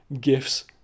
gifts